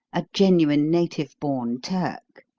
a genuine, native-born turk.